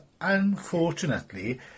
unfortunately